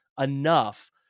enough